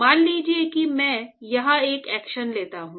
मान लीजिए कि मैं यहां एक सेक्शन लेता हूं